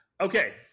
Okay